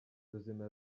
ruzima